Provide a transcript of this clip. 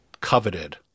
coveted